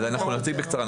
אז נציג בקצרה,